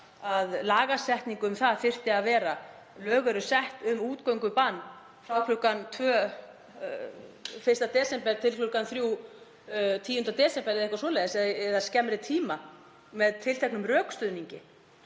að lagasetningu um það þyrfti að vera: Lög eru sett um útgöngubann frá kl. tvö 1. desember til kl. 3 10. desember, eða eitthvað svoleiðis, eða skemmri tíma með tilteknum rökstuðningi.